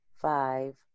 five